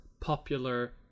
popular